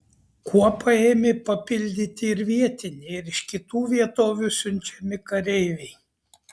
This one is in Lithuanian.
kuopą ėmė papildyti ir vietiniai ir iš kitų vietovių siunčiami kareiviai